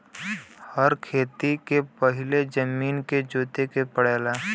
हर खेती के पहिले जमीन के जोते के पड़ला